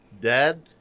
Dad